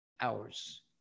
hours